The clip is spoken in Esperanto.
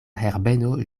herbeno